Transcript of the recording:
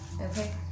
okay